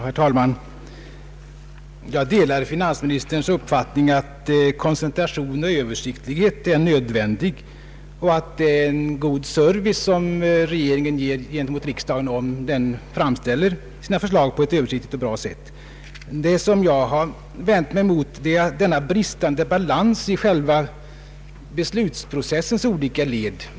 Herr talman! Jag delar finansministerns uppfattning att koncentration och översiktlighet är nödvändiga och att regeringen ger riksdagen god service om den framställer sina förslag på ett översiktligt och bra sätt. Det jag vänt mig mot är denna bristande balans mellan beslutsprocessens olika led.